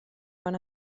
van